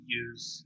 use